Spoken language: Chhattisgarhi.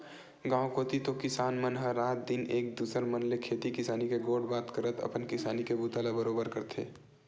गाँव कोती तो किसान मन ह रात दिन एक दूसर मन ले खेती किसानी के गोठ बात करत अपन किसानी के बूता ला बरोबर करथे